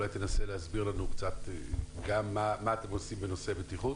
אולי תנסה להסביר לנו קצת גם מה אתם עושים בנושא בטיחות.